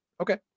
Okay